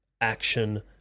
action